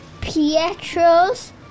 Pietro's